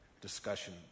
discussion